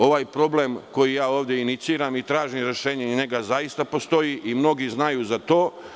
Ovaj problem koji ovde iniciram i tražim rešenje za njega zaista postoji i mnogi znaju za to.